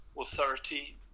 authority